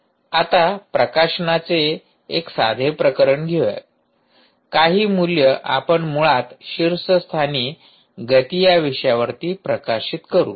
आता प्रकाशनाचे एक साधे प्रकरण घ्या काही मूल्य आपण मुळात शीर्षस्थानी गती या विषयावर प्रकाशित करू